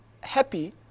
happy